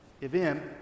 event